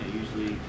usually